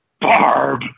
Barb